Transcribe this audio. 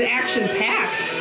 action-packed